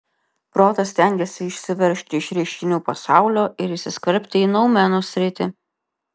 protas stengiasi išsiveržti iš reiškinių pasaulio ir įsiskverbti į noumenų sritį